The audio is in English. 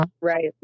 Right